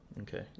Okay